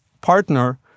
partner